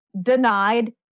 denied